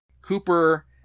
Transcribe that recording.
Cooper